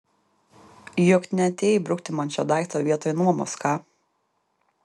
juk neatėjai brukti man šio daikto vietoj nuomos ką